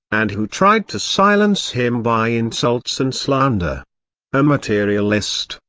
and who tried to silence him by insults and slander. a materialist,